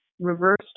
reversed